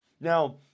Now